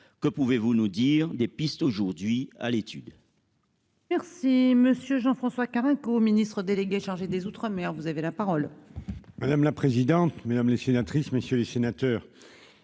Que pouvez-vous nous dire des pistes aujourd'hui à l'étude ?